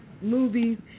movies